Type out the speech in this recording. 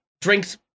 drinks